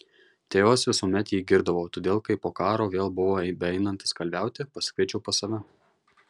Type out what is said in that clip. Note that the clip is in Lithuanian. tėvas visuomet jį girdavo todėl kai po karo vėl buvo beeinantis kalviauti pasikviečiau pas save